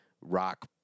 rock